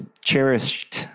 cherished